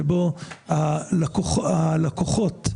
שבו הלקוחות,